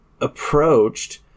approached